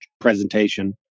presentation